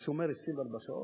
עם שומר 24 שעות,